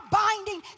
binding